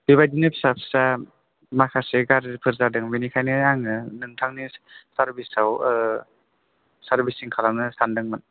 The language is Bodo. बेबायदिनो फिसा फिसा माखासे गाज्रिफोर जादों बेनिखायनो आङो नोंथांनि सारभिसआव सारभिसिं खालामनो सान्दोंमोन